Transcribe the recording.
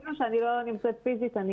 אפילו שאני לא פיזית בדיון,